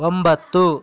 ಒಂಬತ್ತು